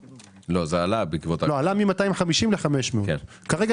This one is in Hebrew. אלא לקחת כעוגן את סכום התוספת שמקבלים העשירים בתוכנית ואין לי בעיה